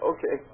Okay